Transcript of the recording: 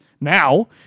Now